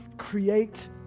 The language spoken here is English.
Create